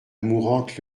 mourante